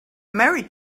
mary